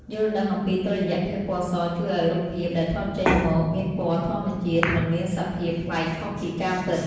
យល់ដឹងអំពីតុល្យភាពពណ៌សជួយឱ្យរូបភាពដែលថតចេញមកមានពណ៌ធម្មជាតិមិនមានសភាពប្លែកខុសពីការពិត។